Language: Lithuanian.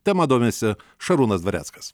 tema domisi šarūnas dvareckas